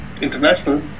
international